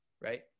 right